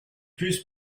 plus